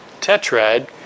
tetrad